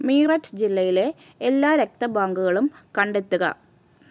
മീററ്റ് ജില്ലയിലെ എല്ലാ രക്ത ബാങ്കുകളും കണ്ടെത്തുക